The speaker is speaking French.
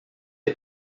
est